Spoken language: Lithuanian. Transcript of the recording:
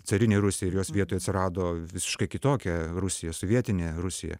carinei rusijai ir jos vietoj atsirado visiškai kitokia rusijos vietinė rusija